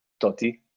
Totti